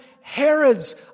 Herod's